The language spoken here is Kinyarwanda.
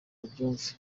babyumve